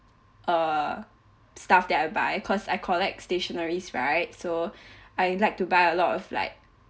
err stuff that I buy cause I collect stationeries right so I like to buy a lot of like